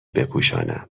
بپوشانم